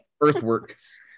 earthworks